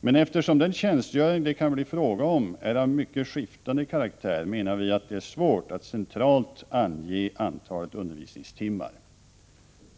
Men eftersom den tjänstgöring det kan bli fråga om är av mycket skiftande karaktär anser vi att det är svårt att centralt ange antalet undervisningstimmar.